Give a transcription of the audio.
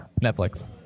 Netflix